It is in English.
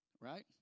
Right